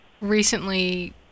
recently